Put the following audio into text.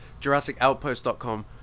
jurassicoutpost.com